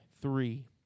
three